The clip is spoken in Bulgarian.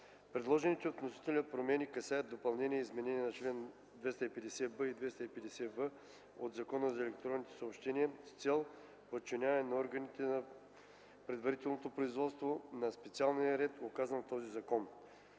Предложените от вносителя промени касаят допълнения и изменения в чл. 250б и 250в от Закона за електронните съобщения с цел подчиняване органите на предварителното производство на специалния ред, указан в този закон.